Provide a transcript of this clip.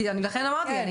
לכן אמרתי,